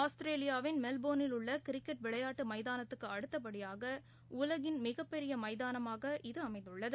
ஆஸ்திரேலியாவின் மெல்போர்னில் உள்ளகிரிக்கெட் விளையாட்டுமைதானத்துக்குஅடுத்தபடியாகஉலகின் மிகப்பெரியமைதானமாக இது அமைந்துள்ளது